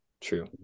True